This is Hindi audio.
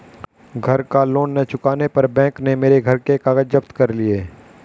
घर का लोन ना चुकाने पर बैंक ने मेरे घर के कागज जप्त कर लिए